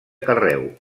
carreu